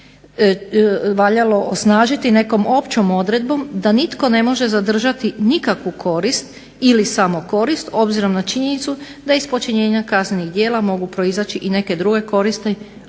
radnjom valjalo osnažiti nekom općom odredbom da nitko ne može zadržati nikakvu korist ili samo korist, obzirom na činjenicu da iz počinjenja kaznenih djela mogu proizaći i neke druge koristi, a ne